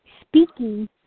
speaking